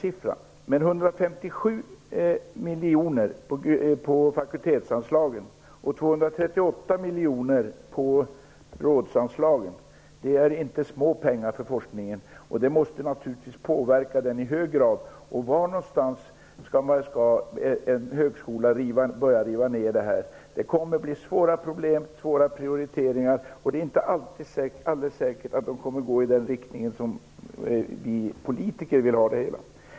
Men 157 miljoner i fakultetsanslag och 238 miljoner i rådsanslag är inte små pengar för forskningen. Det måste naturligtvis påverka forskningen i hög grad. Var någonstans skall en högskola börja riva ner? Det kommer att bli svåra problem, svåra prioriteringar. Det är inte alldeles säkert att det kommer att gå i den riktning som vi politiker vill.